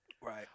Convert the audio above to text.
right